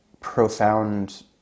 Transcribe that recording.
profound